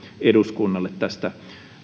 eduskunnalle tästä